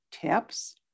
Tips